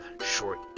short